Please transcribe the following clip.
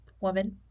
woman